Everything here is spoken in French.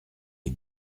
les